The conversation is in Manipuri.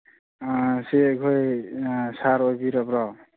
ꯁꯤ ꯑꯩꯈꯣꯏ ꯁꯥꯔ ꯑꯣꯏꯕꯤꯔꯕ꯭ꯔꯣ